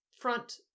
front